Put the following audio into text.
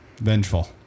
Vengeful